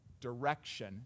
direction